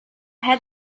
had